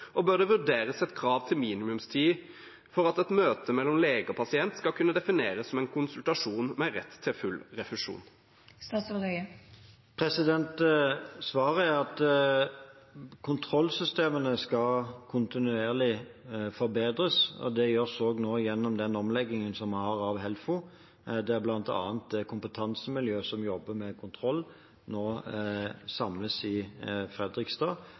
og bør det vurderes et krav til minimumstid for at et møte mellom lege og pasient skal kunne defineres som en konsultasjon med rett til full refusjon?» Svaret er at kontrollsystemene skal kontinuerlig forbedres. Det gjøres gjennom den omleggingen vi har i Helfo, der bl.a. kompetansemiljøet som jobber med kontroll, nå samles i Fredrikstad.